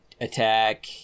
attack